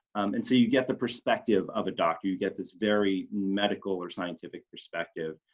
and so you get the perspective of a doctor, you get this very medical or scientific perspective